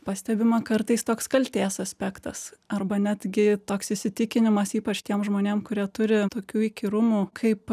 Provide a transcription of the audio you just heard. pastebima kartais toks kaltės aspektas arba netgi toks įsitikinimas ypač tiem žmonėm kurie turi tokių įkyrumų kaip